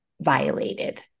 violated